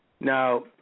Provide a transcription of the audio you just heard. Now